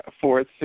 fourth